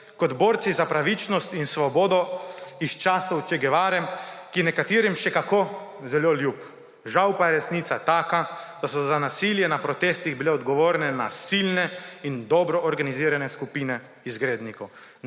kot borci za pravičnost in svobodo iz časov Cheja Guevare, ki je nekaterim še kako zelo ljub. Žal pa je resnica taka, da so bile za nasilje na protestih odgovorne nasilne in dobro organizirane skupine izgrednikov.